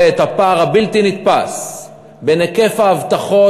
את הפער הבלתי-נתפס בין היקף ההבטחות,